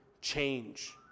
change